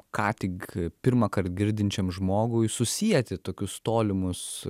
ką tik pirmąkart girdinčiam žmogui susieti tokius tolimus